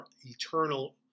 eternal